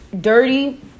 dirty